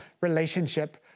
relationship